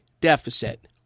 deficit